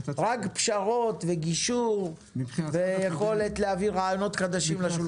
רק פשרות וגישור ויכולת להביא רעיונות חדשים לשולחן.